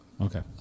Okay